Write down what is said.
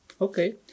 Okay